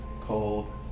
cold